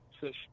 fish